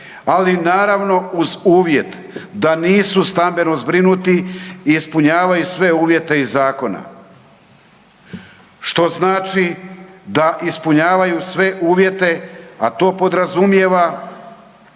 ali naravno uz uvjet da nisu stambeno zbrinuti i ispunjavaju sve uvjete iz zakona. Što znači da ispunjavaju sve uvjete a to podrazumijeva